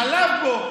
עלב בו.